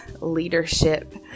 leadership